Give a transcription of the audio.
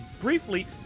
briefly